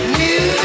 new